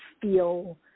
feel